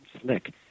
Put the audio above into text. slick